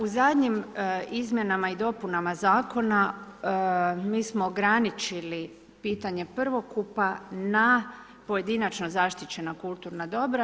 U zadnjim izmjenama i dopunama Zakona mi smo ograničili pitanje prvokupa na pojedinačno zaštićena kulturna dobra.